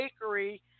bakery